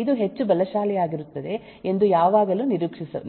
ಇದು ಹೆಚ್ಚು ಬಲಶಾಲಿಯಾಗಿರುತ್ತದೆ ಎಂದು ಯಾವಾಗಲೂ